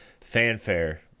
fanfare